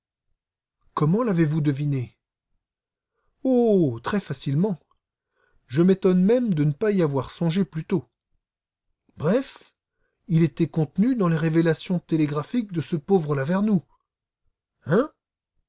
comment l'avez-vous deviné oh très facilement je m'étonne même de n'y avoir pas songé plus tôt bref il était contenu dans les révélations télégraphiées par ce pauvre lavernoux hein